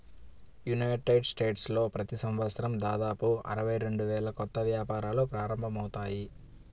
United స్టేట్స్లో ప్రతి సంవత్సరం దాదాపు అరవై రెండు వేల కొత్త వ్యాపారాలు ప్రారంభమవుతాయి